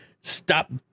stop